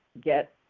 get